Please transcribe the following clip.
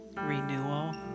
renewal